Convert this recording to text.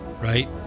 right